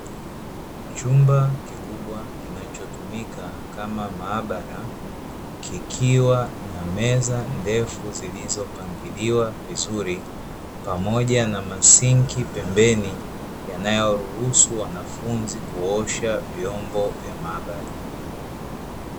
Chumba kikubwa kinachotumika kama maabara kikiwa na meza ndefu zilizopangiliwa vizuri, pamoja na masinki pembeni yanayoruhusu wanafunzi kuosha vyombo vya maabara.